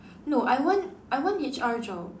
no I want I want H_R job